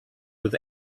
with